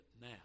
now